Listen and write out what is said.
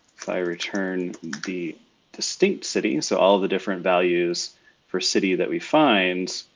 if i return the distinct city. so all the different values for city that we find.